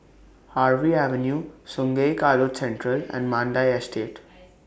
Harvey Avenue Sungei Kadut Central and Mandai Estate